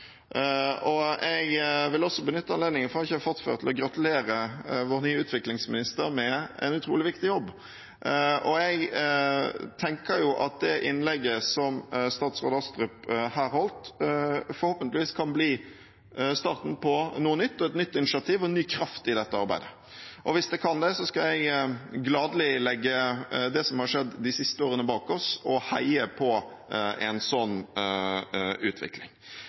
Jeg vil også benytte anledningen til å gratulere vår nye utviklingsminister med en utrolig viktig jobb. Jeg tenker at det innlegget som statsråd Astrup her holdt, forhåpentligvis kan bli starten på noe nytt – et nytt initiativ og en ny kraft i dette arbeidet. Hvis det kan det, skal jeg gladelig legge det som har skjedd de siste årene, bak meg og heie på en slik utvikling.